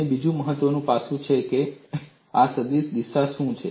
અને બીજું મહત્વનું પાસું એ છે કે આ સદીશની દિશા શું છે